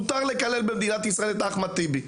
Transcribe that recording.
מותר לקלל במדינת ישראל את אחמד טיבי.